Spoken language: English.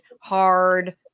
hard